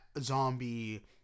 zombie